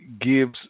gives